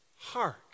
Hark